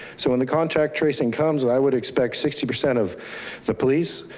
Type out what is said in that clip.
so when the contract tracing comes, i would expect sixty percent of the police,